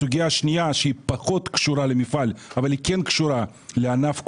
הסוגיה השנייה פחות קשורה למפעל אבל כן קשורה לענף כולו.